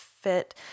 fit